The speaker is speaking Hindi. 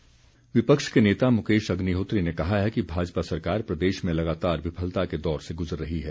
अग्निहोत्री विपक्ष के नेता मुकेश अग्निहोत्री ने कहा है कि भाजपा सरकार प्रदेश में लगातार विफलता के दौर से गुज़र रही है